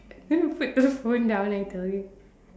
you're put the phone down I tell you